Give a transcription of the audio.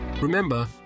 Remember